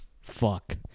fuck